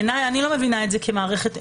אני לא מבינה את זה כמערכת אמונות.